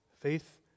Faith